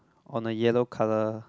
on a yellow color